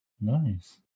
Nice